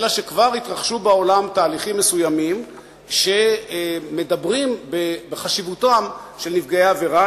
וכבר התרחשו בעולם תהליכים מסוימים שמדברים בחשיבותם של נפגעי העבירה.